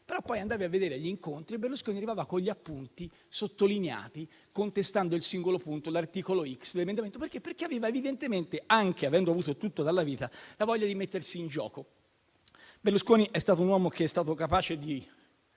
poi andavi a vedere e agli incontri Berlusconi arrivava con gli appunti sottolineati, contestando il singolo punto, l'articolo X o un emendamento. Questo perché, evidentemente, avendo anche avuto tutto dalla vita, aveva la voglia di mettersi in gioco. Berlusconi è stato un uomo che è stato capace